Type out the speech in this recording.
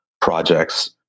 projects